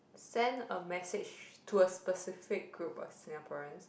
send a message to a specific group of Singaporeans